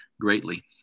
greatly